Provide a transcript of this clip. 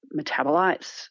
metabolites